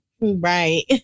Right